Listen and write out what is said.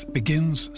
begins